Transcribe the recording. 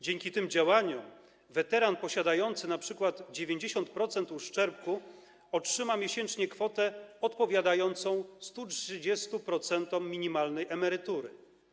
Dzięki tym działaniom weteran posiadający np. 90% uszczerbku otrzyma miesięcznie kwotę odpowiadającą 130% minimalnej emerytury.